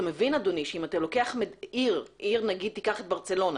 אתה מבין שאם אתה לוקח עיר - למשל ברצלונה,